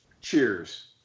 Cheers